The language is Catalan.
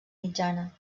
mitjana